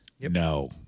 No